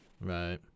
Right